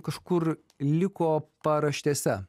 kažkur liko paraštėse